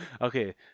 Okay